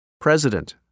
President